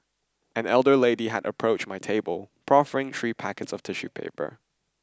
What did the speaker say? an elderly lady had approached my table proffering three packets of tissue paper